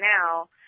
now